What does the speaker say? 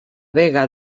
vega